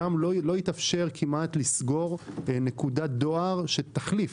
שם כמעט ולא יתאפשר לסגור נקודת דואר שמהווה תחליף.